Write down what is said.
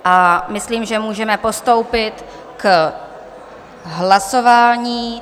A myslím, že můžeme postoupit k hlasování.